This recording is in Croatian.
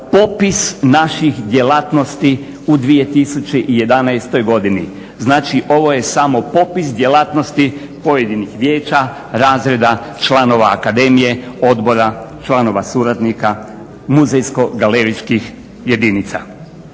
popis naših djelatnosti u 2011. godini. Znači, ovo je samo popis djelatnosti pojedinih vijeća, razreda, članova akademije, odbora, članova, suradnika, muzejsko-galerijskih jedinica.